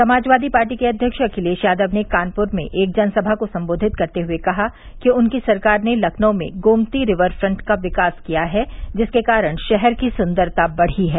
Samajwadi Party के अध्यक्ष अखिलेश यादव ने कानूपर में एक जनसभा को संबोधित करते हुए कहा कि उनकी सरकार ने लखनऊ में गोमती रिवर फ्रंट का विकास किया है जिसके कारण शहर की सुन्दरता बढ़ी है